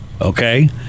Okay